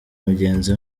mugenzi